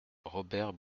robert